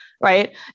right